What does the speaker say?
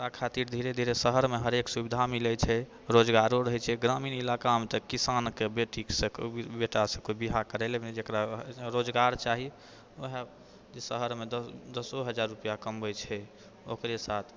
ओकरा खातिर धीरे धीरे शहरमे हरेक सुविधा मिलै छै रोजगारो रहै छै ग्रामीण इलाकामे तऽ किसानके बेटीसँ बेटासँ कोइ ब्याह करैले नहि जकरा रोजगार चाही वएह जे शहरमे दसो हजार रुपिआ कमबै छै ओकरे साथ